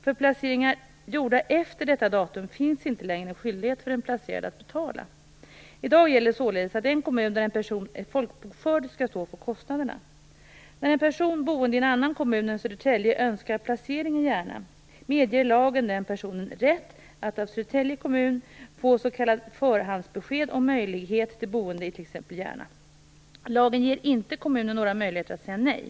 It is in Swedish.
För placeringar gjorda efter detta datum finns inte längre skyldighet för den placerade att betala. I dag gäller således att den kommun där en person är folkbokförd skall stå för kostnaderna. När en person boende i en annan kommun än Södertälje önskar placering i Järna medger lagen den personen rätt att av Södertälje kommun få s.k. förhandsbesked om möjlighet till boende i t.ex. Järna. Lagen ger inte kommunen några möjligheter att säga nej.